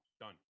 done